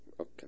Okay